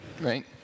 right